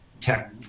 tech